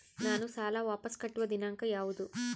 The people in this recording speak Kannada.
ನಾನು ಸಾಲ ವಾಪಸ್ ಕಟ್ಟುವ ದಿನಾಂಕ ಯಾವುದು?